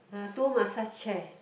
uh two massage chair